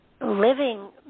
living